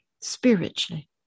spiritually